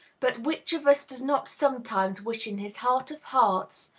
but which of us does not sometimes wish in his heart of hearts,